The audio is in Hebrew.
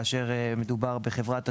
כאשר מדובר בחברת תשלומים,